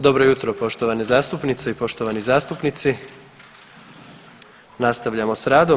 Dobro jutro poštovane zastupnice i poštovani zastupnici, nastavljamo sa radom.